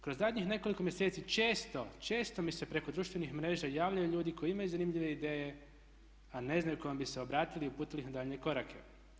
Kroz zadnjih nekoliko mjeseci često, često mi se preko društvenih mreža javljaju ljudi koji imaju zanimljive ideje, a ne znaju kome bi se obratili i uputili ih na daljnje korake.